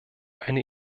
eine